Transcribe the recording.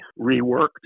reworked